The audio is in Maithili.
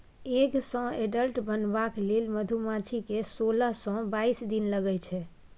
एग सँ एडल्ट बनबाक लेल मधुमाछी केँ सोलह सँ बाइस दिन लगै छै